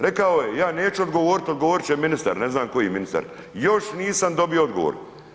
Rekao je ja neću odgovoriti, odgovoriti će ministar, ne znam koji ministar, još nisam dobio odgovor.